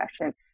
session